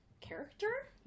character